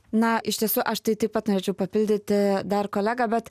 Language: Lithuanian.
na iš tiesų aš tai taip pat norėčiau papildyti dar kolegą bet